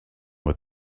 with